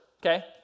Okay